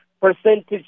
percentage